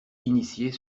initiées